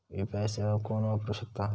UPI सेवा कोण वापरू शकता?